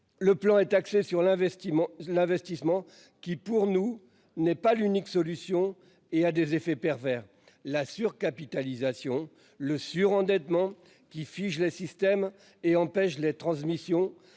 sur l'investissement, l'investissement qui pour nous n'est pas l'unique solution et a des effets pervers la sur capitalisation le surendettement qui fige le système et empêche les transmissions